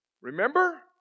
Remember